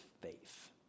faith